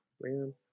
man